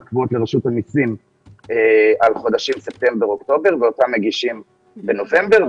קבועות לרשות המסים על חודשים ספטמבר ואוקטובר ואותם מגישים בנובמבר.